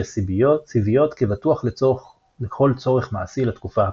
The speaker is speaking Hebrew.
סיביות כבטוח לכל צורך מעשי לתקופה הקרובה.